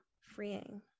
freeing